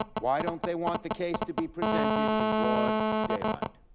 why don't they want the case to be presented in broad daylight.